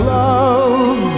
love